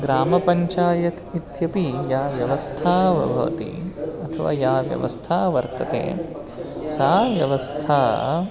ग्रामपञ्चायत् इत्यपि या व्यवस्था भवति अथवा या व्यवस्था वर्तते सा व्यवस्था